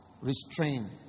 restrain